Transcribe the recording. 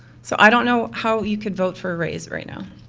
so, i don't know how you could vote for a raise right now.